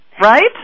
right